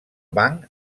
banc